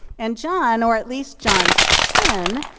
and jon or at least jon's chin,